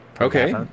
Okay